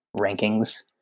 rankings